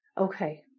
Okay